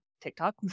TikTok